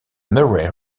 murray